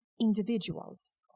individuals